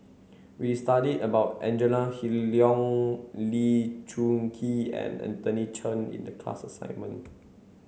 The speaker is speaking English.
we studied about Angela Liong Lee Choon Kee and Anthony Chen in the class assignment